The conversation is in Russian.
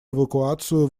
эвакуацию